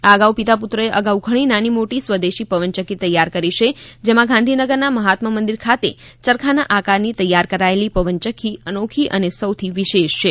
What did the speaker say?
આ અગાઉ પિતા પુત્રએ અગાઉ ઘણી નાની મોટી સ્વદેશી પવનચક્કી તૈયાર કરી છે જેમાં ગાંધીનગર ના મહાત્મા મંદિર ખાતે ચરખાના આકારની તૈયાર કરેલી પવનચક્કી અનોખી અને સૌથી વિશેષ છે